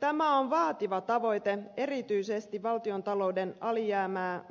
tämä on vaativa tavoite erityisesti valtiontalouden alijäämää